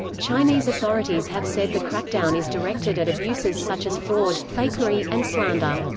chinese authorities have said the crackdown is directed at abuses such as fraud, fakery, and slander.